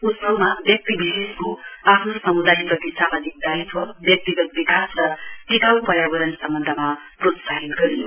उत्सवमा व्यक्ति विशेषको आफ्नो समुदायप्रति सामाजिक दायित्व व्यक्तिगत विकास र टिकाउ पर्यावरण सम्बन्धमा प्रोत्साहित गरियो